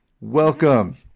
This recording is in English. welcome